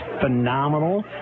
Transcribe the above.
phenomenal